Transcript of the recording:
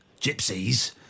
gypsies